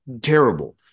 terrible